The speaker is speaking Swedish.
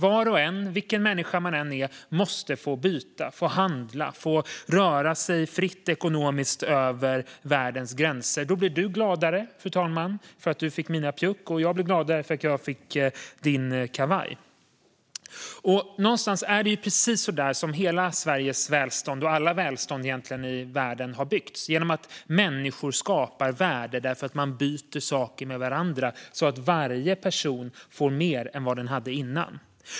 Var och en, vilken människa man än är, måste få byta, handla och röra sig fritt ekonomiskt över världens gränser. Då blir du gladare, fru talman, för att du fick mina pjuck, och jag blir gladare för att jag fick din kavaj. Någonstans är det precis så där som hela Sveriges och allas välstånd i hela världen har byggts: genom att människor skapar värde genom att byta saker med varandra så att varje person får mer än vad den hade innan.